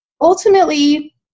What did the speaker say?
Ultimately